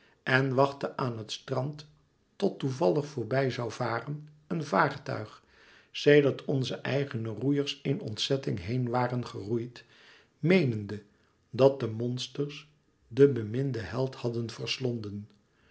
en wachtte aan het strand tot toevallig voorbij zoû varen een vaartuig sedert onze eigene roeiers in ontzetting heen waren geroeid meenende dat de monsters den beminden held hadden verslonden